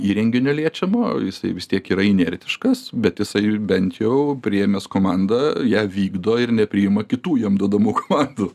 įrenginio liečiamo jisai vis tiek yra inertiškas bet jisai bent jau priėmęs komandą ją vykdo ir nepriima kitų jiem duodamų komandų